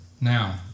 Now